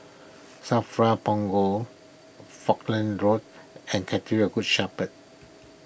Safra Punggol Falkland Road and Cathedral of Good Shepherd